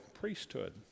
priesthood